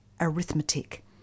arithmetic